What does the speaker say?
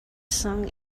sung